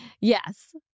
Yes